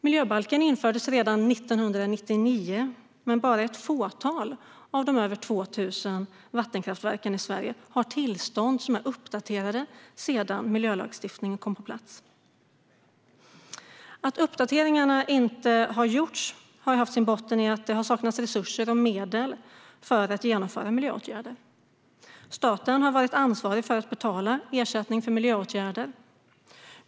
Miljöbalken infördes redan 1999, men bara ett fåtal av de över 2 000 vattenkraftverken i Sverige har tillstånd som är uppdaterade sedan miljölagstiftningen kom på plats. Att uppdateringarna inte har gjorts har haft sin botten i att det har saknats resurser och medel för att genomföra miljöåtgärder. Staten har varit ansvarig för att betala ersättning för miljöåtgärder.